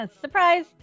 surprise